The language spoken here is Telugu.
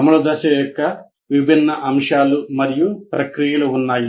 అమలు దశ యొక్క విభిన్న అంశాలు మరియు ప్రక్రియలు ఉన్నాయి